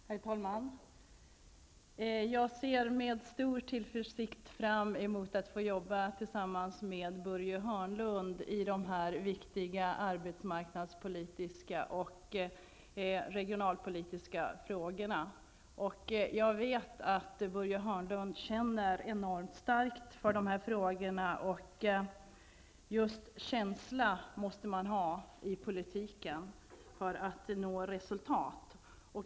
Herr talman! Jag ser med stor tillförsikt fram emot att få jobba tillsammans med Börje Hörnlund i de viktiga arbetsmarknadspolitiska och regionalpolitiska frågorna. Jag vet att Börje Hörnlund känner enormt starkt för dessa frågor, och just känsla måste man ha i politiken för att nå resultat.